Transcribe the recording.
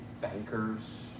bankers